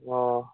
অঁ